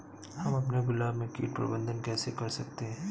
हम अपने गुलाब में कीट प्रबंधन कैसे कर सकते है?